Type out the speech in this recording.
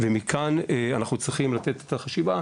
ומכאן אנחנו צריכים לעשות חשיבה,